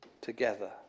together